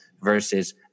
versus